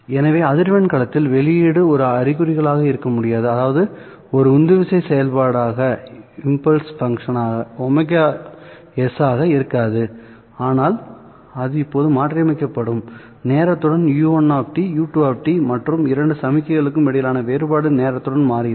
எனவே அதிர்வெண் களத்தில் வெளியீடு ஒரு அறிகுறிகளாக இருக்க முடியாது அதாவது ஒரு உந்துவிசை செயல்பாடு ωs ஆக இருக்காதுஆனால் அது இப்போது மாற்றியமைக்கப்படும்நேரத்துடன் u1 u2 மற்றும் இரண்டு சமிக்ஞைகளுக்கும் இடையிலான வேறுபாடு நேரத்துடன் மாறுகிறது